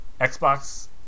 Xbox